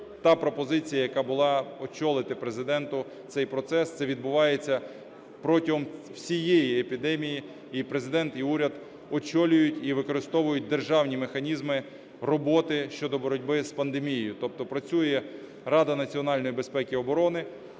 та пропозиція, яка була, очолити Президенту цей процес, це відбувається протягом всієї епідемії, і Президент, і уряд очолюють і використовують державні механізми роботи щодо боротьби з пандемією. Тобто працює Рада національної безпеки і оборони,